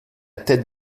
tête